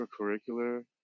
extracurricular